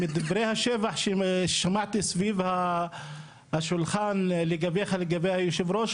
מדברי השבח ששמעתי סביב השולחן לגבי היושב-ראש,